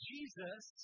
Jesus